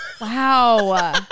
Wow